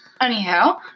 Anyhow